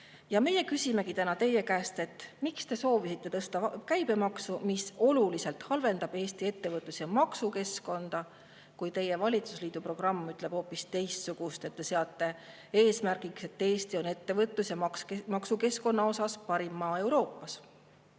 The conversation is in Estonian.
Meie küsimegi täna teie käest, miks te soovisite tõsta käibemaksu, mis oluliselt halvendab Eesti ettevõtlus‑ ja maksukeskkonda, kui teie valitsusliidu programm ütleb hoopis teistpidi, et seate eesmärgiks, et Eesti oleks ettevõtlus‑ ja maksukeskkonna poolest parim maa Euroopas.